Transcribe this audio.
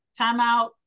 timeout